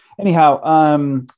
Anyhow